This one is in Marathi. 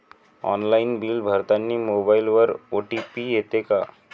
ऑनलाईन बिल भरतानी मोबाईलवर ओ.टी.पी येते का?